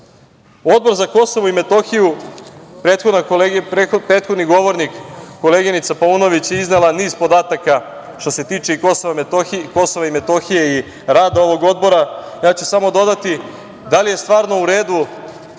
za Kosovo i Metohiju, prethodni govornik, koleginica Paunović, je iznela niz podataka što se tiče KiM i rada ovog odbora, ja ću samo dodati da li je stvarno u redu